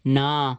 না